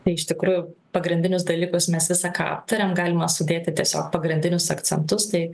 tai iš tikrųjų pagrindinius dalykus mes visą ką aptarėm galima sudėti tiesiog pagrindinius akcentus tai